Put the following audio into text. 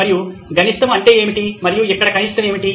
మరియు గరిష్టము అంటే ఏమిటి మరియు ఇక్కడ కనిష్టము ఏమిటి